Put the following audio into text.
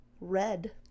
Red